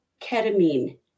ketamine